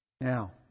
Now